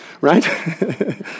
right